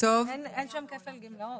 שם כפל גמלאות.